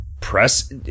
press